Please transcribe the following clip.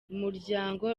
umuryango